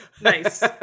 Nice